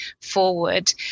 forward